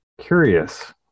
Curious